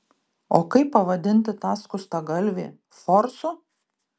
o kaip pavadinti tą skustagalvį forsu